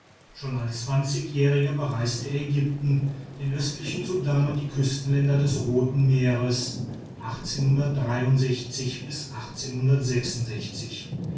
schon als zwanzigjähriger bereiste er ägypten den östlichen sudan und die küstenländer des roten meers